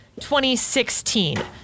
2016